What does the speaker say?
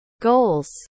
goals